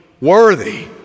worthy